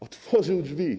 Otworzył drzwi.